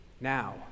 now